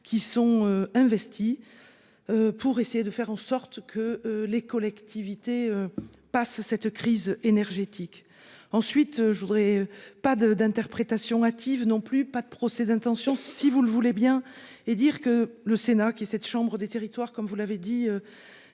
qui sont investis. Pour essayer de faire en sorte que les collectivités parce cette crise énergétique. Ensuite je voudrais pas de d'interprétations hâtives non plus pas de procès d'intention. Si vous le voulez bien. Et dire que le Sénat qui cette chambre des territoires comme vous l'avez dit.